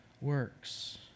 works